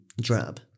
drab